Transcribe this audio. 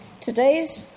today's